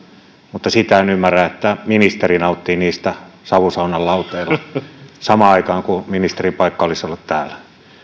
mutta sitä en ymmärrä että ministeri nauttii niistä savusaunan lauteilla samaan aikaan kun ministerin paikka olisi ollut täällä